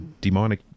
demonic